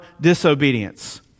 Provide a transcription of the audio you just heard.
disobedience